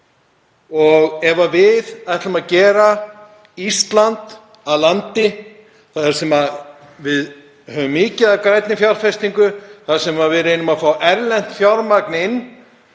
Ef við ætlum að gera Ísland að landi þar sem við höfum mikið af grænni fjárfestingu, þar sem við reynum að fá erlent fjármagn inn